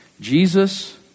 Jesus